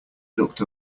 looked